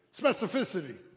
specificity